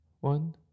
One